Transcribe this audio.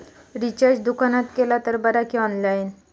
Recharge दुकानात केला तर बरा की ऑनलाइन?